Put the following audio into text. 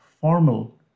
formal